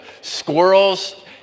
squirrels